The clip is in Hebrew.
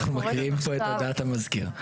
אנחנו מקריאים פה את עמדת המזכיר.